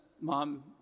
mom